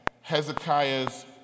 Hezekiah's